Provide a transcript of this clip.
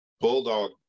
Bulldog